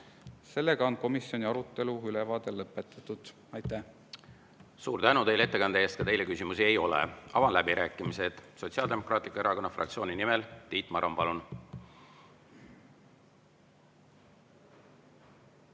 ülevaade komisjoni arutelust lõpetatud. Aitäh! Suur tänu teile ettekande eest! Ka teile küsimusi ei ole. Avan läbirääkimised. Sotsiaaldemokraatliku Erakonna fraktsiooni nimel Tiit Maran, palun!